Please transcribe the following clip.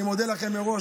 אני מודה לכם מראש.